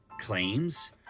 claims